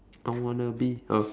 I wanna be a